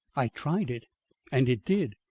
i tried it and it did!